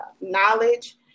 knowledge